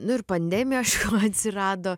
nu ir pandemija aišku atsirado